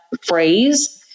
phrase